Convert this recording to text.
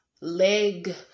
leg